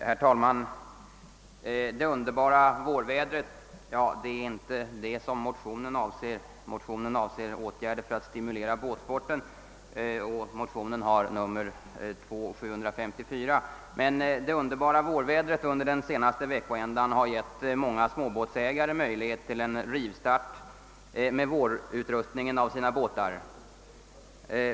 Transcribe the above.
Herr talman! Det underbara vårvädret under det senaste veckoslutet — ja, det är inte detta som min motion avser; denna, som har nr II:754, avser i stället åtgärder för att stimulera båtsporten — har gett många småbåtsägare möjlighet till en rivstart med utrustandet av sina båtar.